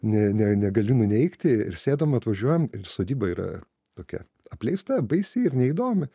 ne ne negali nuneigti ir sėdom atvažiuojam ir sodyba yra tokia apleista baisi ir neįdomi